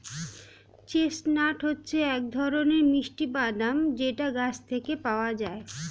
chestnut হচ্ছে এক ধরনের মিষ্টি বাদাম যেটা গাছ থেকে পাওয়া যায়